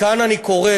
מכאן אני קורא